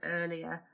earlier